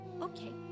Okay